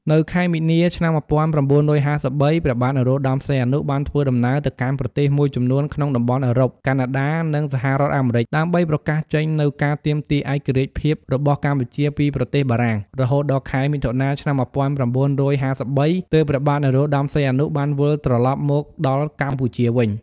នៅខែមីនា ឆ្នាំ ១៩៥៣ ព្រះបាទ នរោត្តមសីហនុ បានធ្វើដំណើរទៅកាន់ប្រទេសមួយចំនួនក្នុងតំបន់អុឺរ៉ុប កាណាដា និង សហរដ្ឋអាមេរិក ដើម្បីប្រកាសចេញនូវការទាមទារឯករាជ្យភាពរបស់កម្ពុជាពីប្រទេសបារាំង រហូតដល់ខែមិថុនា ឆ្នាំ ១៩៥៣ ទើបព្រះបាទនរោត្តមសីហនុ បានវិលត្រឡប់មកដល់កម្ពុជាវិញ ។